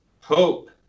Hope